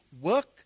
work